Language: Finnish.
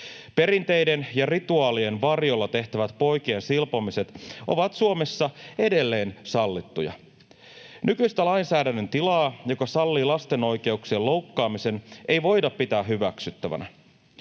Perinteiden ja rituaalien varjolla tehtävät poikien silpomiset ovat Suomessa edelleen sallittuja. Nykyistä lainsäädännön tilaa, joka sallii lasten oikeuksien loukkaamisen, ei voida pitää hyväksyttävänä.